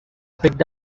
picked